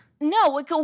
No